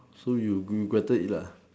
so you you regretted it lah